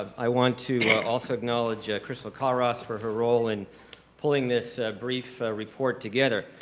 i want to also acknowledge crystal kollross for her role in pulling this brief report together.